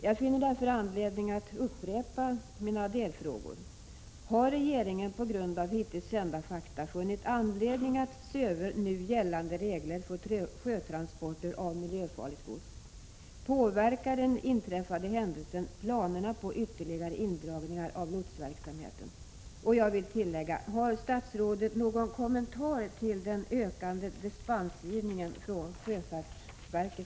Jag finner därför anledning att upprepa mina delfrågor: Har regeringen på grund av hittills kända fakta funnit anledning att se över nu gällande regler för sjötransporter av miljöfarligt gods? Påverkar den inträffade händelsen planerna på ytterligare indragningar av lotsverksamheten?